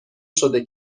شده